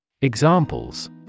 Examples